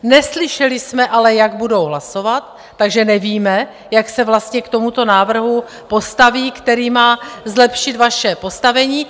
Neslyšeli jsme ale, jak budou hlasovat, takže nevíme, jak se vlastně k tomuto návrhu postaví, který má zlepšit vaše postavení.